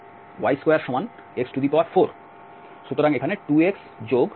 কারণ y2x4 সুতরাং এখানে 2xx4